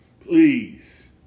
Please